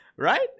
Right